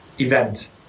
event